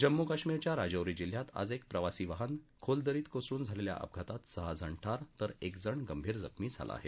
जम्मू कश्मीरच्या राजौरी जिल्ह्यात आज एक प्रवासी वाहन खोल दरीत कोसळून झालेल्या अपघातात सहाजण ठार तर एकजण गंभीर जखमी झाला आहे